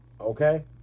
Okay